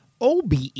OBE